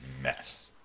mess